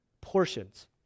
portions